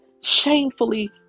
shamefully